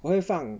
我会放